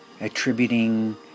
attributing